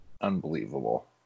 Unbelievable